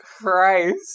Christ